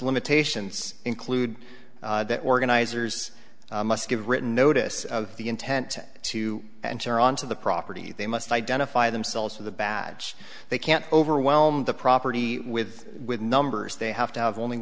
limitations include that organizers must give written notice of the intent to enter onto the property they must identify themselves for the badge they can't overwhelm the property with with numbers they have to have only